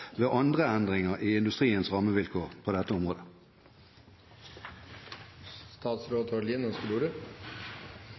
ved andre endringer i industriens rammevilkår på dette området.